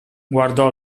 guardò